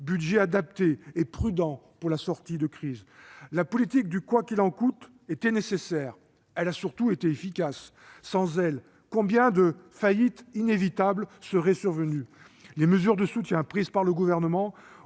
budget adapté et prudent en vue de la sortie de crise. La politique du « quoi qu'il en coûte » était nécessaire, mais elle a surtout été efficace ! Sans elle, combien de faillites inévitables aurait-on eu à déplorer ? Les mesures de soutien prises par le Gouvernement